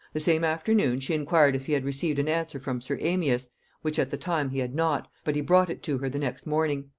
the same afternoon she inquired if he had received an answer from sir amias which at the time he had not, but he brought it to her the next morning.